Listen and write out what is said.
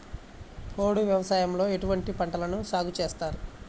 పోడు వ్యవసాయంలో ఎటువంటి పంటలను సాగుచేస్తారు?